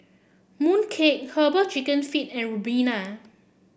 Mooncake herbal chicken feet and Ribena